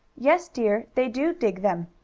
yes, dear, they do dig them.